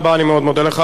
אני מאוד מודה לך, אדוני.